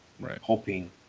Hoping